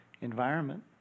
environment